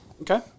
Okay